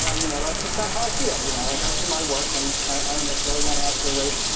ah you know, that's just no how i feel you know, like i do my work and i don't necessarily want to ask for a raise.